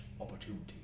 opportunity